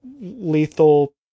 lethal